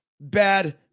bad